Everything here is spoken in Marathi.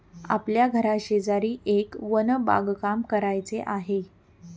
आपल्या घराशेजारी एक वन बागकाम करायचे आहे